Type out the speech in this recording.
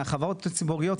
מהחברות הציבוריות,